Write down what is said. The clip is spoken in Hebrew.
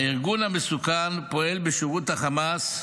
הארגון המסוכן פועל בשירות החמאס,